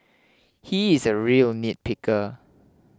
he is a real nitpicker